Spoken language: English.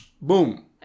boom